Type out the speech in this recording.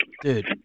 dude